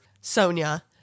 Sonia